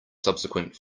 subsequent